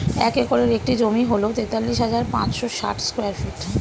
এক একরের একটি জমি হল তেতাল্লিশ হাজার পাঁচশ ষাট স্কয়ার ফিট